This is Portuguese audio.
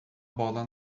bola